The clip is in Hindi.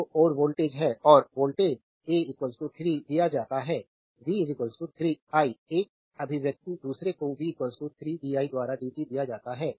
तो और वोल्टेज है और वोल्टेज a 3 दिया जाता है v 3 i एक अभिव्यक्ति दूसरे को v 3 di द्वारा dt दिया जाता है